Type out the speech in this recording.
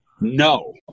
No